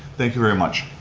thank you very much.